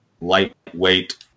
lightweight